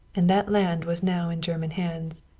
and that land was now in german hands.